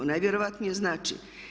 Najvjerojatnije znači.